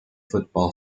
football